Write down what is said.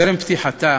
טרם פתיחתה